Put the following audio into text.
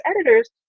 editors